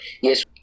Yes